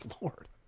lord